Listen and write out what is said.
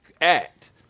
act